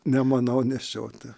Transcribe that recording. nemanau nešioti